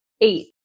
eight